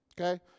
okay